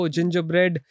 Gingerbread